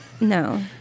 No